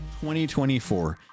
2024